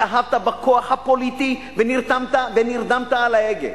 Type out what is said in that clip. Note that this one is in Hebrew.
התאהבת בכוח הפוליטי ונרדמת על ההגה.